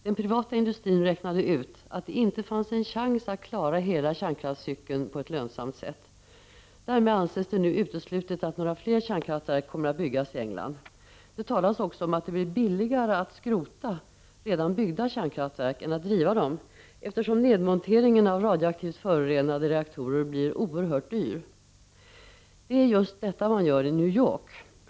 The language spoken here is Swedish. Den privata industrin räknade ut att det inte fanns en chans att klara hela kärnkraftcykeln på ett lönsamt sätt. Därmed anses det nu uteslutet att några fler kärnkraftverk kommer att byggas i England. Det talas också om att det blir billigare att skrota redan byggda kärnkraftverk än att driva dem, eftersom nedmonteringen av radioaktivt förorenade reaktorer blir oerhört dyr. Det är just detta man gör i New York.